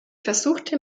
versuchte